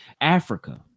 Africa